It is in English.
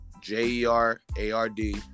J-E-R-A-R-D